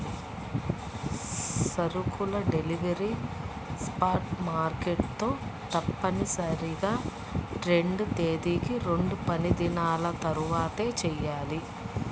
సరుకుల delivery spot market తో తప్పనిసరిగా ట్రేడ్ తేదీకి రెండుపనిదినాల తర్వాతచెయ్యాలి